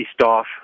staff